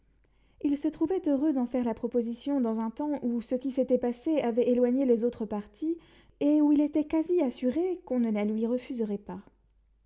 il se trouvait heureux d'en faire la proposition dans un temps où ce qui s'était passé avait éloigné les autres partis et où il était quasi assuré qu'on ne la lui refuserait pas